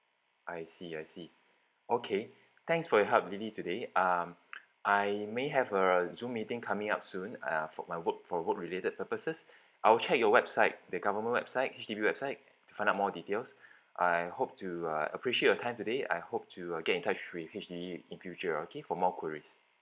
I see I see okay thanks for your help lily today um I I may have a zoom meeting coming up soon uh for my work for work related purposes I will check your website the government website H_D_B website to find out more details I hope to uh appreciate your time today I hope to uh get in touch with H_D_B in future okay for more queries